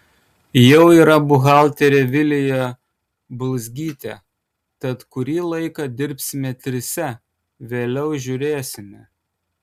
jau yra buhalterė vilija bulzgytė tad kurį laiką dirbsime trise vėliau žiūrėsime